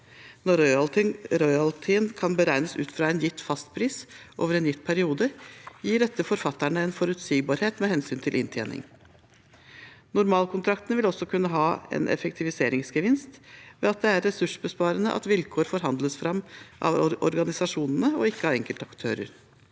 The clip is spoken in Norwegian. Når royaltyen kan beregnes ut fra en gitt fastpris over en gitt periode, gir dette forfatterne forutsigbarhet med hensyn til inntjening. Normalkontraktene vil også kunne gi en effektiviseringsgevinst ved at det er ressursbesparende at vilkår forhandles fram av organisasjonene, ikke av enkeltaktører.